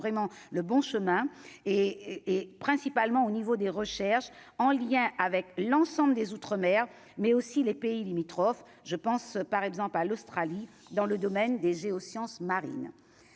vraiment le bon chemin et principalement au niveau des recherches en lien avec l'ensemble des outre-mer mais aussi les pays limitrophes, je pense par exemple à l'Australie dans le domaine des géosciences marines